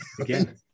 Again